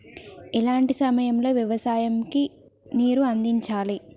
ఎలాంటి సమయం లో వ్యవసాయము కు నీరు అందించాలి?